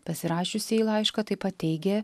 pasirašiusieji laišką taip pat teigė